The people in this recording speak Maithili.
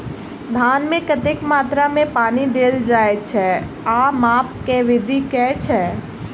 धान मे कतेक मात्रा मे पानि देल जाएँ छैय आ माप केँ विधि केँ छैय?